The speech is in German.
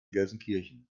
gelsenkirchen